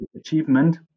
achievement